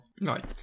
right